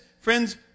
Friends